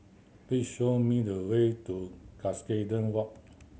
please show me the way to Cuscaden Walk